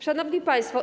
Szanowni Państwo!